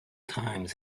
times